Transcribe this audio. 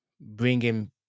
bringing